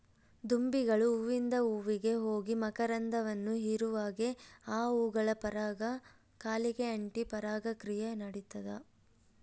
ದುಂಬಿಗಳು ಹೂವಿಂದ ಹೂವಿಗೆ ಹೋಗಿ ಮಕರಂದವನ್ನು ಹೀರುವಾಗೆ ಆ ಹೂಗಳ ಪರಾಗ ಕಾಲಿಗೆ ಅಂಟಿ ಪರಾಗ ಕ್ರಿಯೆ ನಡಿತದ